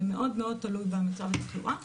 זה תלוי מאוד במצב התחלואה.